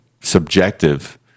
subjective